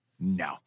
No